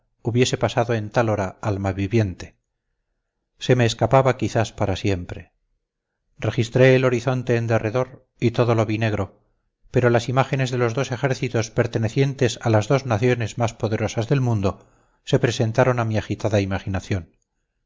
hubiese pasado en tal hora alma viviente se me escapaba quizás para siempre registré el horizonte en derredor y todo lo vi negro pero las imágenes de los dos ejércitos pertenecientes a las dos naciones más poderosas del mundo se presentaron a mi agitada imaginación